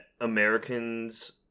Americans